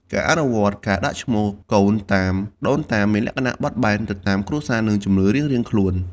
ការអនុវត្តការដាក់ឈ្មោះកូនតាមដូនតា មានលក្ខណៈបត់បែនទៅតាមគ្រួសារ និងជំនឿរៀងៗខ្លួន។